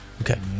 Okay